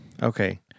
Okay